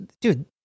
Dude